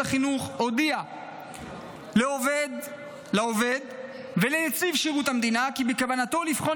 החינוך הודיע לעובד ולנציב שירות המדינה כי בכוונתו לבחון